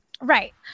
right